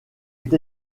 est